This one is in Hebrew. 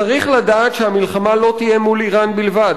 צריך לדעת שהמלחמה לא תהיה מול אירן בלבד,